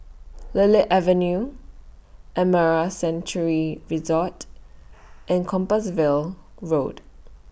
Lily Avenue Amara Sanctuary Resort and Compassvale Road